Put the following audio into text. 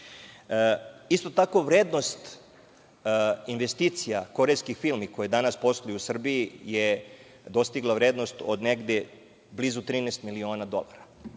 tako, vrednost investicija korejskih firmi koje danas posluju u Srbiji, je dostigla vrednost od negde blizu 13 miliona dolara.